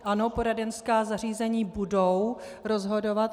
Ano, poradenská zařízení budou rozhodovat.